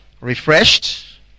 refreshed